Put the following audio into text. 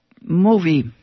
movie